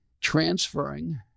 transferring